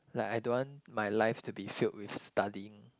like I don't want my life to be filled with studying